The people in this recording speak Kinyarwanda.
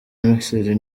misiri